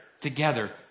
together